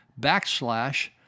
backslash